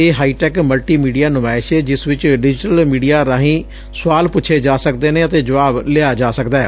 ਇਹ hi tech multimedia ਨੁਮਾਇਸ਼ ਏ ਜਿਸ ਵਿਚ ਡਿਜੀਟਲ ਮੀਡੀਆਂ ਰਾਹੀਂ ਸੁਆਲ ਪੁੱਛੇ ਜਾ ਸਕਦੇ ਨੇ ਅਤੇ ਜੁਆਬ ਲਿਆ ਜਾ ਸਕਦੈ